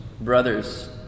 brothers